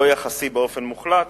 לא יחסי באופן מוחלט,